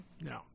no